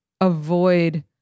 avoid